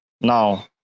Now